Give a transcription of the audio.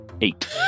eight